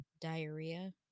Diarrhea